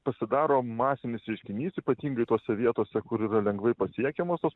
pasidaro masinis reiškinys ypatingai tose vietose kur yra lengvai pasiekiamos tos